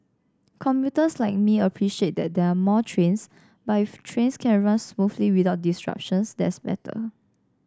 commuters like me appreciate that there are more trains but if trains can run smoothly without disruptions that's better